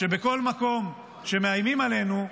שבכל מקום שמאיימים עלינו,